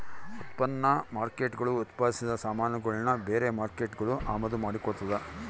ಉತ್ಪನ್ನ ಮಾರ್ಕೇಟ್ಗುಳು ಉತ್ಪಾದಿಸಿದ ಸಾಮಾನುಗುಳ್ನ ಬೇರೆ ಮಾರ್ಕೇಟ್ಗುಳು ಅಮಾದು ಮಾಡಿಕೊಳ್ತದ